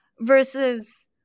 versus